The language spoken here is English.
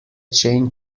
chain